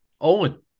Owen